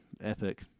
epic